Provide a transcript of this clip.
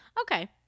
Okay